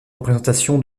représentations